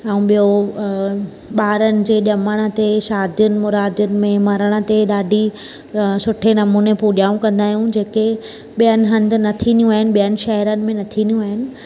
ऐं ॿियो ॿारनि जे ॼमण ते शादियुनि मुरादियुनि में मरण ते ॾाढी सुठे नमूने पूॼाऊं कंदा आहियूं जेके ॿियनि हंधि न थींदियूं आहिनि ॿियनि शहरनि में न थींदियूं आहिनि